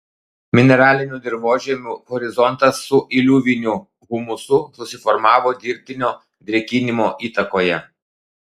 mineralinių dirvožemių horizontas su iliuviniu humusu susiformavo dirbtinio drėkinimo įtakoje